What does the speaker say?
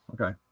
Okay